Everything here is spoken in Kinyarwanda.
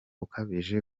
ukabije